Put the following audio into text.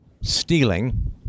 stealing